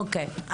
אוקיי.